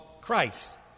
Christ